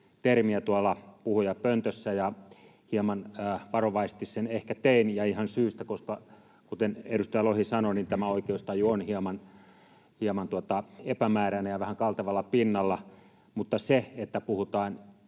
tuolla puhujapöntössä. Hieman varovaisesti sen ehkä tein ja ihan syystä, koska, kuten edustaja Lohi sanoi, oikeustaju on hieman epämääräinen ja vähän kaltevalla pinnalla. Mutta se, että puhutaan,